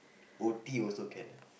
O_T also can lah